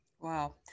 Wow